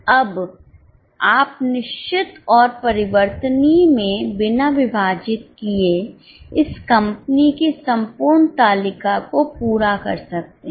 अब आप निश्चित और परिवर्तनीय में बिना विभाजित किए इस कंपनी की संपूर्ण तालिका को पूरा कर सकते हैं